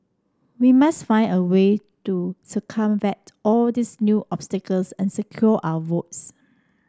we must find a way to circumvent all these new obstacles and secure our votes